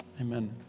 Amen